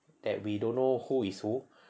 that we don't know who is who